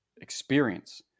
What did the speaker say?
experience